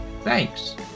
Thanks